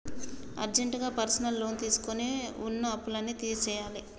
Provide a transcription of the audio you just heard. అర్జెంటుగా personal loan తీసుకొని వున్న అప్పులన్నీ తీర్చేయ్యాలే